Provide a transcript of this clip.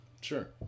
Sure